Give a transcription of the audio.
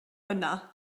yna